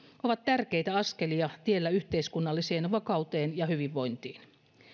ovat tärkeitä askelia tiellä yhteiskunnalliseen vakauteen ja hyvinvointiin